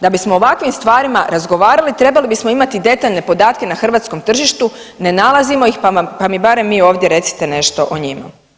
Da bismo o ovakvim stvarima razgovarali trebali bismo imati detaljne podatke na hrvatskom tržištu, ne nalazimo ih pa mi barem vi ovdje recite nešto o njima.